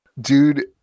Dude